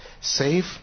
Safe